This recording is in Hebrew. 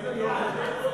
לא, מליאה.